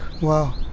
Wow